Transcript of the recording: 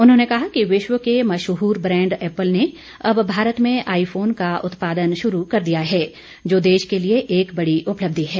उन्होंने कहा कि विश्व के मशहूर ब्रैंड एप्पल ने अब भारत में आईफोन का उत्पादन शुरू कर दिया है जो देश के लिए एक बड़ी उपलब्धि है